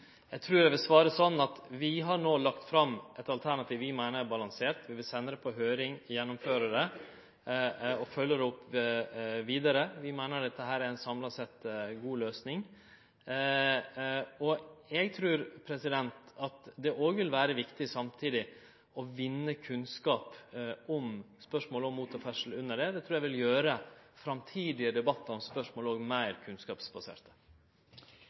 vil svare at vi no har lagt fram eit alternativ vi meiner er balansert. Vi vil sende det på høyring, gjennomføre det og følgje det opp vidare. Vi meiner dette samla sett ei god løysing. Eg trur at det samtidig òg vil vere viktig å vinne kunnskap om spørsmål om motorferdsel. Det trur eg vil gjere framtidige debattar om spørsmålet meir kunnskapsbaserte.